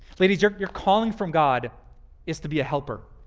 ladies, your your calling from god is to be a helper.